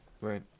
Right